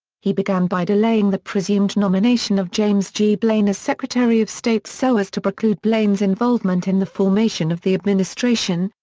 he began by delaying the presumed nomination of james g. blaine as secretary of state so as to preclude blaine's involvement in the formation of the administration,